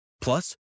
Plus